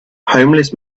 homeless